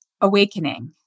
awakening